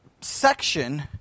section